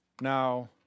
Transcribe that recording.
Now